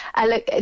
Look